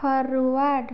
forward